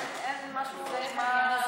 עשינו עשרות ישיבות, אצלך, בכנסת.